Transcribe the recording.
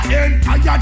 entire